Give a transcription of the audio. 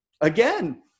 again